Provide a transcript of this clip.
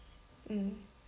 mm